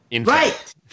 Right